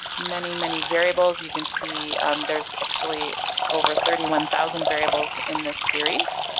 many many variables, you can see there's actually over thirty one thousand variables in this series.